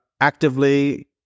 actively